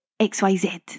XYZ